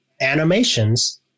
animations